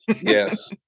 yes